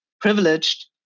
privileged